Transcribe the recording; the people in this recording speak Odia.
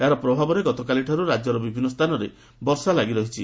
ଏହାର ପ୍ରଭାବରେ ଗତକାଲିଠାରୁ ରାକ୍ୟର ବିଭିନ୍ନ ସ୍କାନରେ ବର୍ଷା ଲାଗି ରହିଛି